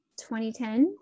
2010